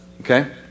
okay